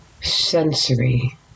sensory